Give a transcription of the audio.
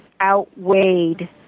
outweighed